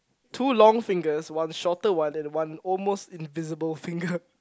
two long fingers one shorter one and one almost invisible finger